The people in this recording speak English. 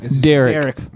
Derek